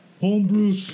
homebrew